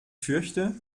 fürchte